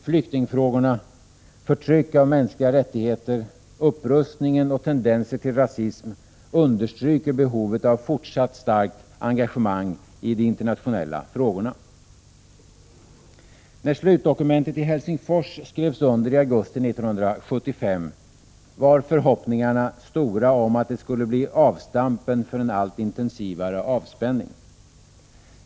Flyktingfrågan, förtryck av mänskliga rättigheter, upprustningen och tendenser till rasism understryker behovet av fortsatt starkt engagemang i de internationella frågorna. När slutdokumentet i Helsingfors skrevs under i augusti 1975 var förhoppningarna stora om att det skulle bli avstampet för en allt intensivare avspänning.